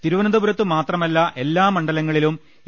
തിരുവന്തപുരത്ത് മാത്രമല്ല എല്ലാ മണ്ഡലങ്ങളിലും എ